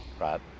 right